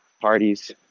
parties